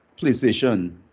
PlayStation